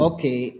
Okay